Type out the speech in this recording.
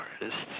artists